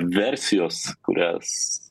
versijos kurias